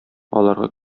аларга